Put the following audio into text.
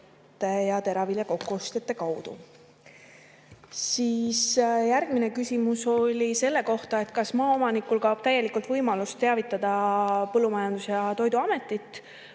ja teravilja kokkuostjate kaudu. Järgmine küsimus oli selle kohta, kas maaomanikul kaob täielikult võimalus teavitada Põllumajandus‑ ja Toiduametit,